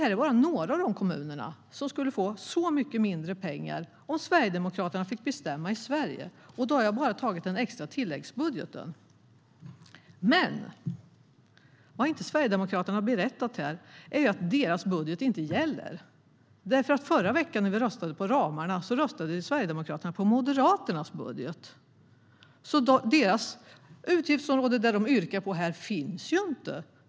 Det är bara några av de kommuner som skulle få så mycket mindre pengar om Sverigedemokraterna fick bestämma i Sverige. Då har jag bara tittat på den extra tilläggsbudgeten. Men vad Sverigedemokraterna inte har berättat är att deras budget inte gäller. Förra veckan, när vi röstade om ramarna, röstade ju Sverigedemokraterna för Moderaternas budget. Deras utgiftsområde, som de yrkar på här, finns ju inte!